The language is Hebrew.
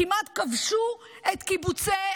כמעט כבשו את קיבוצי הדרום,